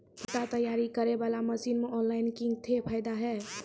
भुट्टा तैयारी करें बाला मसीन मे ऑनलाइन किंग थे फायदा हे?